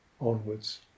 onwards